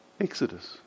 Exodus